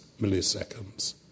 milliseconds